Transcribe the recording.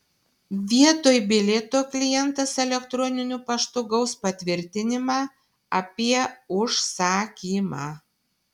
vietoj bilieto klientas elektroniniu paštu gaus patvirtinimą apie užsakymą